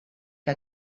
que